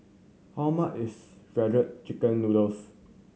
how much is Shredded Chicken Noodles